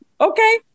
Okay